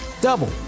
double